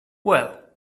well